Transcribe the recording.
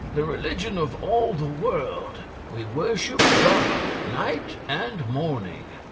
the religion of all the world we worship god night and morning.